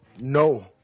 no